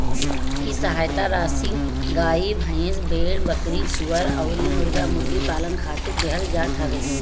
इ सहायता राशी गाई, भईस, भेड़, बकरी, सूअर अउरी मुर्गा मुर्गी पालन खातिर देहल जात हवे